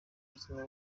buzima